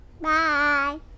Bye